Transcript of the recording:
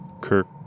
Kirk